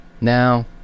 Now